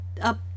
up